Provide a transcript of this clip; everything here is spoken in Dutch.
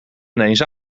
ineens